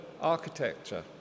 architecture